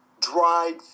dried